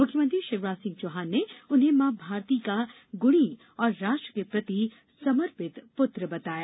मुख्यमंत्री शिवराज सिंह चौहान ने उन्हें मॉ भारती का गुणी और राष्ट्र के प्रति समर्पित पुत्र बताया